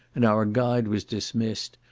and our guide was dismissed,